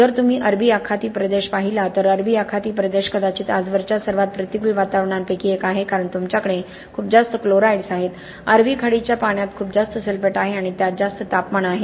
जर तुम्ही अरबी आखाती प्रदेश पाहिला तर अरबी आखात प्रदेश कदाचित आजवरच्या सर्वात प्रतिकूल वातावरणांपैकी एक आहे कारण तुमच्याकडे खूप जास्त क्लोराईड्स आहेत अरबी खाडीच्या पाण्यात खूप जास्त सल्फेट आहे आणि त्यात जास्त तापमान आहे